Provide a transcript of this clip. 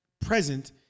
present